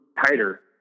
tighter